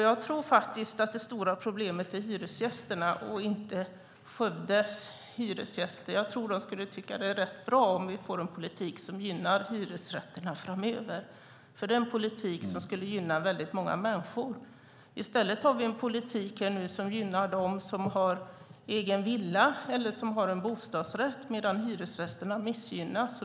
Jag tror att Skövdes hyresgäster skulle tycka att det vore rätt bra om vi fick en politik som gynnar hyresrätterna framöver, för det är en politik som skulle gynna väldigt många människor. I stället har vi nu en politik som gynnar dem som har egen villa eller bostadsrätt medan hyresgästerna missgynnas.